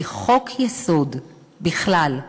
כי חוק-יסוד בכלל,